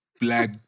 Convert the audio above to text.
Black